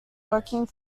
working